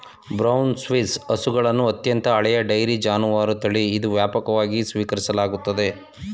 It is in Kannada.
ಬ್ರೌನ್ ಸ್ವಿಸ್ ಹಸುಗಳನ್ನು ಅತ್ಯಂತ ಹಳೆಯ ಡೈರಿ ಜಾನುವಾರು ತಳಿ ಎಂದು ವ್ಯಾಪಕವಾಗಿ ಸ್ವೀಕರಿಸಲಾಗಿದೆ